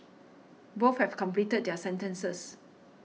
both have completed their sentences